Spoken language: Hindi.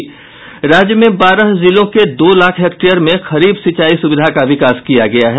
राज्य में बारह जिलों के दो लाख हेक्टेयर में खरीफ सिंचाई सुविधा का विकास किया गया है